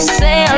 say